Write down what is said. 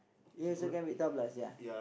you also can beat tablas ya